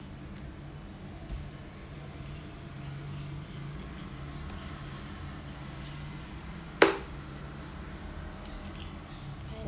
hi